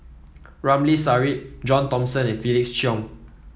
Ramli Sarip John Thomson and Felix Cheong